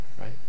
right